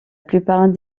plupart